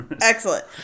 Excellent